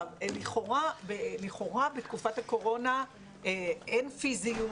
לכאורה בתקופת הקורונה אין פיזיות,